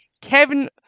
Kevin